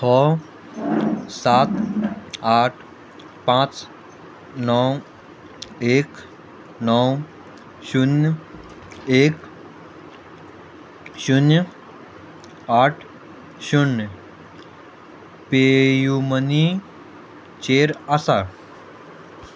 हो सात आठ पांच णव एक णव शुन्य एक शुन्य आठ शुन्य पेयूमनीचेर आसा